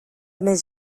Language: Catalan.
més